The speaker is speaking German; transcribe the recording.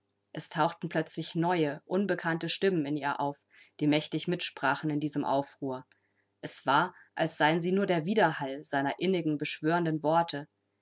es tauchten plötzlich neue unbekannte stimmen in ihr auf die mächtig mitsprachen in diesem aufruhr es war als seien sie nur der widerhall seiner innigen beschwörenden worte